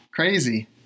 crazy